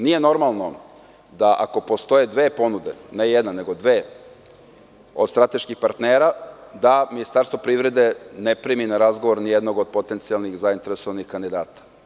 Nije normalno da ako postoje dve ponude, ne jedna, nego dve od strateških partnera, da Ministarstvo privrede ne primi na razgovor ni jednog od potencijalnih zainteresovanih kandidata.